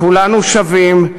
כולנו שווים.